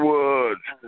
Woods